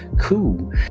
cool